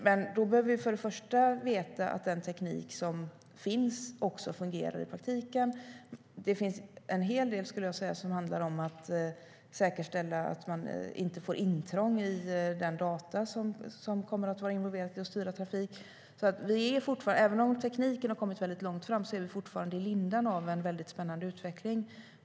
Men då bör vi veta att den teknik som finns också fungerar i praktiken. Det finns en hel del som handlar om att säkerställa att man inte får intrång i de datorer som kommer att vara involverade i att styra trafiken. Även om tekniken har kommit långt är vi alltså fortfarande i början av en spännande utveckling.